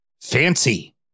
fancy